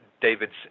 David's